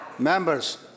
Members